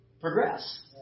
progress